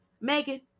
Megan